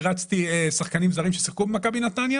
הערצתי שחקנים זרים ששיחקו במכבי נתניה